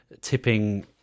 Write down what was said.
tipping